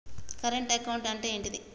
Current account అంటే ఏంటిది?